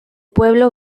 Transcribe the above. pueblo